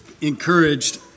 encouraged